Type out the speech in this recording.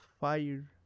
Fire